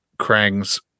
krang's